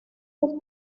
dos